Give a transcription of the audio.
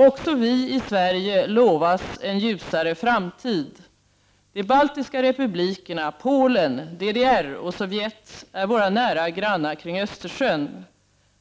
Också vi i Sverige lovas en ljusare framtid. De baltiska republikerna, Polen, DDR och Sovjet, är våra nära grannar kring Östersjön.